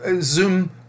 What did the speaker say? Zoom